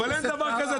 אבל אין דבר כזה.